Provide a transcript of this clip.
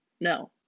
no